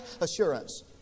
assurance